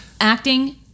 Acting